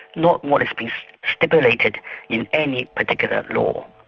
not what has been stipulated in any particular law.